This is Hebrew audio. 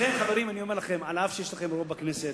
לכן, חברים, אני אומר לכם, אף שיש לכם רוב בכנסת,